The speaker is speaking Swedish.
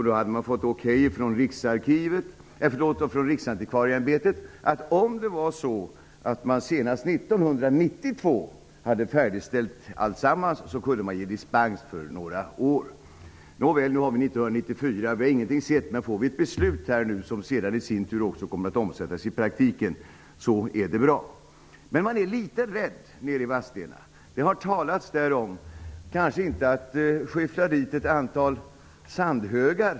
Då hade man fått okej från Riksantikvarieämbetet, så till vida att om man senast år 1992 hade färdigställt allt kunde man få dispens för några år. Nu är det 1994. Vi har inte sett något resultat, men om det fattas ett beslut som sedan omsätts i praktiken är det bra. I Vadstena är man litet rädd. Elisabeth Persson talade om att det kunde bli fråga om att skyffla dit ett antal sandhögar.